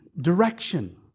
direction